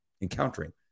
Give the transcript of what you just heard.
encountering